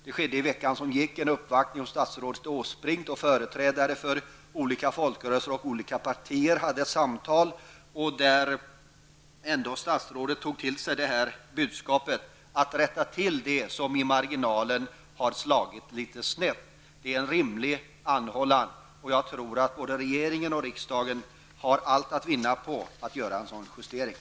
I föregående vecka ägde en uppvaktning hos statsrådet Åsbrink rum, då företrädare för olika folkrörelser och partier förde samtal. Statsrådet tog till sig budskapet att man skall rätta till det som har slagit litet snett i marginalen. Det är en rimlig anhållan. Jag tror att både regeringen och riksdagen har allt att vinna på att göra en sådan justering.